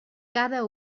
cada